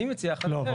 אני מציע אחרת.